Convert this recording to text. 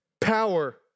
Power